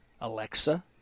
Alexa